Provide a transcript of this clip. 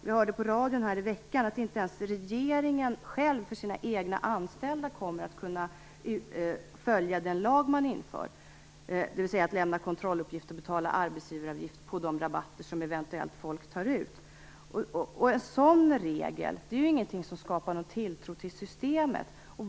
Vi hörde på radion i veckan att inte ens regeringen själv för sina egna anställda kommer att kunna följa den lag man inför, dvs. att lämna kontrolluppgift och betala arbetsgivaravgift på de rabatter som folk eventuellt tar ut. En sådan regel är inte något som skapar tilltro till systemet.